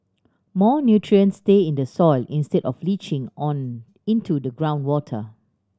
more nutrients stay in the soil instead of leaching on into the groundwater